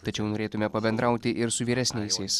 tačiau norėtumėme pabendrauti ir su vyresniaisiais